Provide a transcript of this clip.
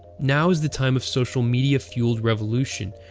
now is the time of social media-fueled revolution,